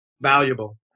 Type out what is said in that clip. valuable